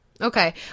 Okay